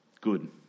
good